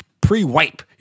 pre-wipe